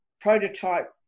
prototype